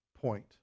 point